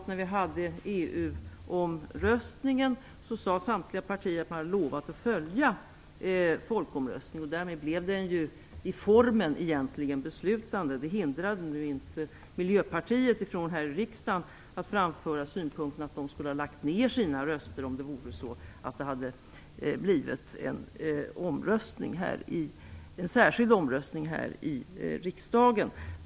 När vi hade EU-omröstningen sade samtliga partier att man hade lovat att följa folkomröstningen, och därmed blev den ju i praktiken egentligen beslutande. Det hindrade nu inte Miljöpartiet från att här i riksdagen framföra synpunkten att de skulle ha lagt ner sina röster om det hade blivit en särskild omröstning här i riksdagen.